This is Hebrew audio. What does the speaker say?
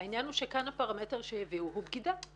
העניין הוא שכאן הפרמטר שהביאו הוא בגידה,